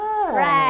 Right